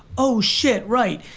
oh shit, right.